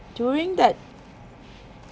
during that